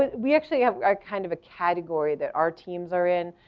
ah we actually have kind of a category that our teams are in,